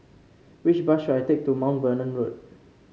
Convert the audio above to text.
which bus should I take to Mount Vernon Road